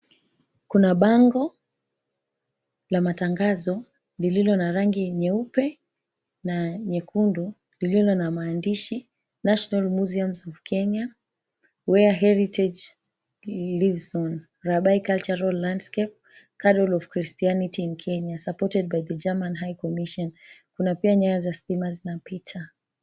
Kuna bango la matangazo lililo na rangi nyeupe na nyekundu lililo na maandishi national museums of Kenya where heritage lives in Rabai cultural landscape Carol of Christianity in Kenya supporter by the German high commission, kuna pia nyaya za stima zinapita.